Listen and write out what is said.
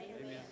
Amen